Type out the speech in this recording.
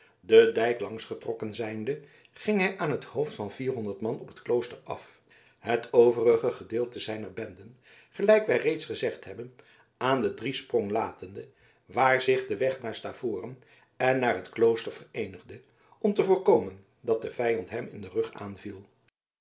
den dijk langs getrokken zijnde ging hij aan het hoofd van vierhonderd man op het klooster af het overige gedeelte zijner benden gelijk wij reeds gezegd hebben aan den driesprong latende waar zich de weg naar stavoren en naar het klooster vereenigde om te voorkomen dat de vijand hem in den rug aanviel